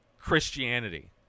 Christianity